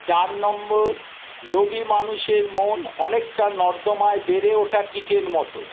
চার নম্বর লোভী মানুষের মন অনেকটা নর্দমায় বেড়ে ওঠা কীটের মতো